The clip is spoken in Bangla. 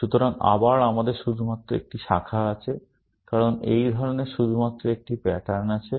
সুতরাং আবার আমাদের শুধুমাত্র একটি শাখা আছে কারণ এই ধরনের শুধুমাত্র একটি প্যাটার্ন আছে